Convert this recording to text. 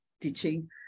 teaching